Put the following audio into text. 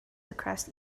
across